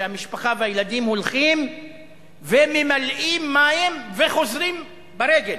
והמשפחה והילדים הולכים וממלאים מים וחוזרים ברגל.